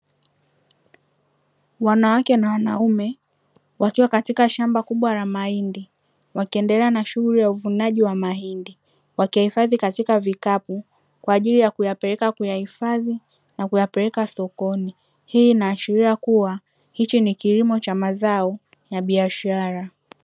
Wanawake na wanaume wakiwa katika shamba kubwa la mahindi, wakiendelea na shughuli ya uvunaji wa mahindi, wakiyahifadhi katika vikapu kwaajili ya kuyapeleka kuyahifadhi na kuyapeleka sokoni. Hii inaashiria kuwa hichi ni kilimo cha mazao ya biashara.